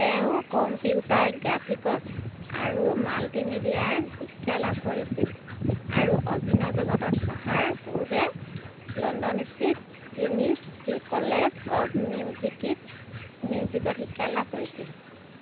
তেওঁ computer graphics আৰু মাল্টিমিডিয়াৰ শিক্ষা লাভ কৰিছিল আৰু অভিনয় জগতত অহাৰ পূৰ্বে লণ্ডনস্থিত ট্ৰিনিটি কলেজ অৱ মিউজিকত শিক্ষা লাভ কৰিছিল